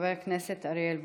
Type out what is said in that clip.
חבר הכנסת אוריאל בוסו,